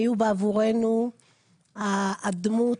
שהם יהיו בעבורנו הדמות,